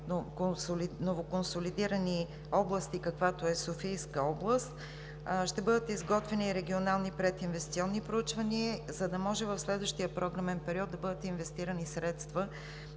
новоконсолидирани области, каквато е Софийска област, ще бъдат изготвени регионални прединвестиционни проучвания, за да може в следващия програмен период да бъдат инвестирани средства